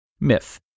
Myth